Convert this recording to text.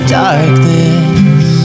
darkness